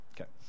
Okay